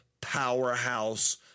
powerhouse